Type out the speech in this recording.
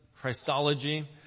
Christology